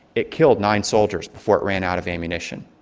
it killed nine soldiers before it ran out of ammunition.